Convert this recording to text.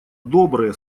добрые